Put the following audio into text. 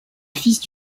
fils